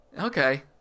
okay